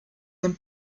den